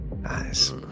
Nice